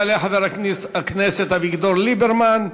יעלה חבר הכנסת אביגדור ליברמן,